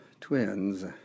twins